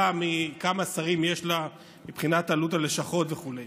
מכמה שרים יש לה מבחינת עלות הלשכות וכו';